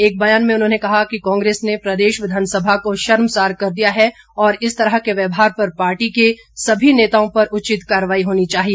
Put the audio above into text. एक बयान में उन्होंने कहा कि कांग्रेस ने प्रदेश विधानसभा को शर्मसार कर दिया है और इस तरह के व्यवहार पर पार्टी के सभी नेताओं पर उचित कार्रवाई होनी चाहिए